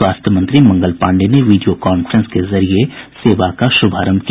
स्वास्थ्य मंत्री मंगल पांडेय ने वीडियो कांफ्रेंस के जरिए सेवा का शुभारंभ किया